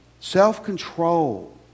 Self-control